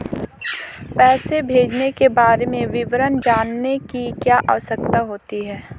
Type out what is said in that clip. पैसे भेजने के बारे में विवरण जानने की क्या आवश्यकता होती है?